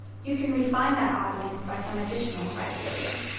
you can refine that audience by some additional criteria.